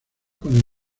con